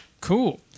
Cool